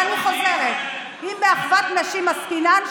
ואני חוזרת: אם באחוות נשים עסקינן,